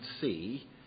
see